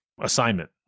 assignment